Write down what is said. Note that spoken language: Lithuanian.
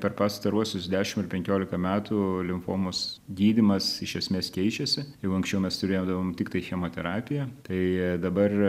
per pastaruosius dešimt ar penkiolika metų limfomos gydymas iš esmės keičiasi jau anksčiau mes turėdavome tiktai chemoterapiją tai dabar